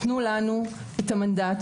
תנו לנו את המנדט,